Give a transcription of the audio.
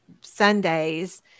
Sundays